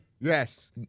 Yes